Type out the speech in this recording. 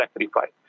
sacrifice